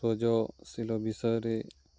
ସଜଶୀଳ ବିଷୟରେ